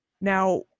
Now